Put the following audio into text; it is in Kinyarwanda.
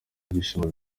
ibyishimo